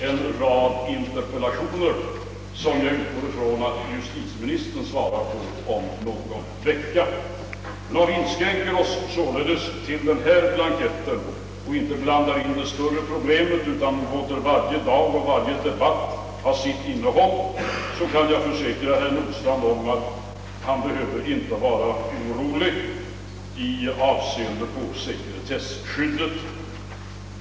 Jag utgår från att justitieministern kommer att besvara dessa interpellationer om någon vecka. Om vi således inskränker oss till denna blankett och inte blandar in det större problemet, utan låter varje dag och varje debatt ha sitt innehåll, kan jag försäkra herr Nordstrandh att han inte behöver vara orolig i avseende på sekkretesskyddet.